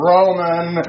Roman